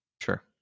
Sure